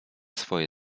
swoje